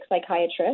psychiatrist